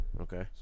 Okay